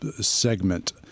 segment